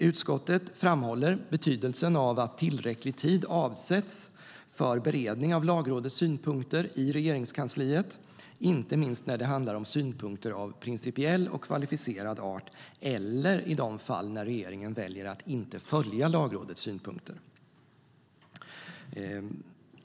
Utskottet framhåller betydelsen av att tillräcklig tid avsätts i Regeringskansliet för beredning av Lagrådets synpunkter, inte minst när det handlar om synpunkter av principiell och kvalificerad art eller i de fall då regeringen väljer att inte följa Lagrådets synpunkter.